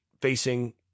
facing